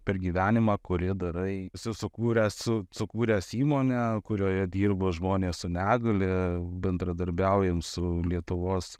per gyvenimą kurį darai sukūręs su sukūręs įmonę kurioje dirba žmonės su negalia bendradarbiaujam su lietuvos